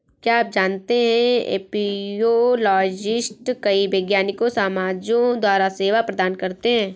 क्या आप जानते है एपियोलॉजिस्ट कई वैज्ञानिक समाजों द्वारा सेवा प्रदान करते हैं?